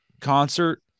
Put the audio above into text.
concert